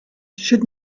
should